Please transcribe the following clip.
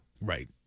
Right